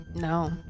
no